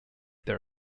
their